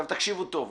תקשיבו טוב.